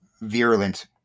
virulent